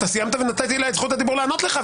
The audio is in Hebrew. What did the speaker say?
סיימת ונתתי לה את זכות הדיבור לענות לך,